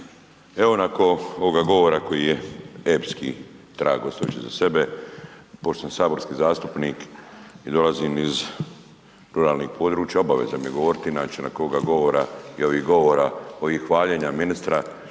Evo, nakon ovog govora koji je epski, trag ostavljajući iza sebe pošto sam saborski zastupnik i dolazim iz ruralnih područja obaveza mi je govoriti .../Govornik se ne razumije./... govora i ovih govora, ovih hvaljenja ministra,